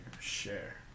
share